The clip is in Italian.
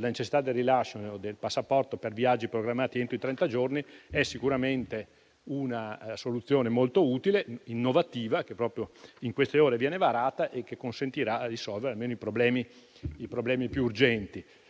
necessità del rilascio del passaporto per viaggi programmati entro trenta giorni, è sicuramente una soluzione molto utile, innovativa, che proprio in queste ore viene varata e che consentirà di risolvere almeno i problemi più urgenti.